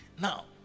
Now